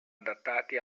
adattati